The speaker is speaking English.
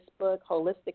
Holistic